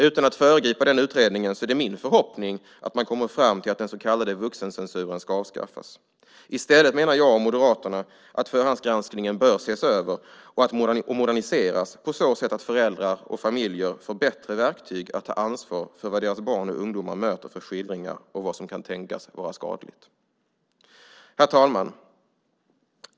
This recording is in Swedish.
Utan att föregripa den utredningen är det min förhoppning att man kommer fram till att den så kallade vuxencensuren ska avskaffas. I stället menar jag och Moderaterna att förhandsgranskningen bör ses över och moderniseras på så sätt att föräldrar och familjer får bättre verktyg för att ta ansvar för vad deras barn och ungdomar möter för skildringar och vad som kan tänkas vara skadligt. Herr talman!